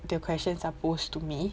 the questions are posed to me